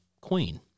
queen